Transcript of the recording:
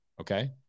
okay